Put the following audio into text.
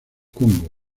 congo